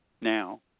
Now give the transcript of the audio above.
now